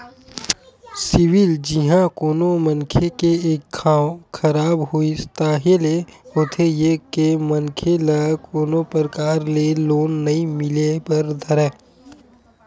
CIBIL जिहाँ कोनो मनखे के एक घांव खराब होइस ताहले होथे ये के मनखे ल कोनो परकार ले लोन नइ मिले बर धरय